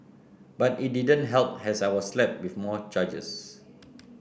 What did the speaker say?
but it didn't help as I was slapped with more charges